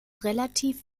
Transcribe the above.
relativ